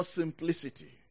simplicity